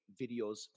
videos